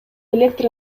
электр